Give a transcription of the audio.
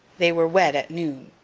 they were wed at noon.